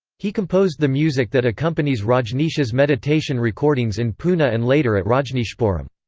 he composed the music that accompanies rajneesh's meditation recordings in poona and later at rajneeshpuram.